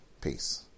Peace